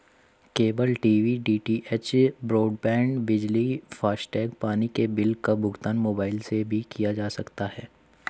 cable TV DTH, broadband, बिजली, FASTag, पानी के बिल का भुगतान मोबाइल से भी किया जा सकता है